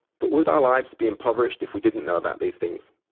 but would our lives be impoverished if we didn't know about these things?